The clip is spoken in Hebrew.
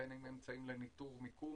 בין אם הם אמצעים לניטור מיקום,